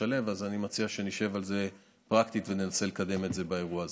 אז אני מציע שנשב על זה פרקטית וננסה לקדם את זה באירוע הזה.